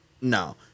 No